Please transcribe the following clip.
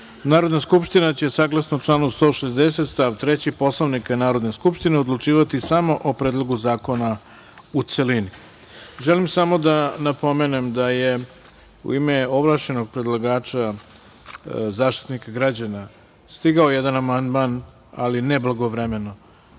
Narodna skupština će saglasno članu 160. stav 3. Poslovnika Narodne skupštine odlučivati samo o Predlogu zakona u celini. Želim samo da napomenem da je u ime ovlašćenog predlagača Zaštitnika građana stigao jedan amandman, ali neblagovremeno,